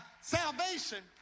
salvation